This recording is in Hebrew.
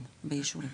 כן, באישורים,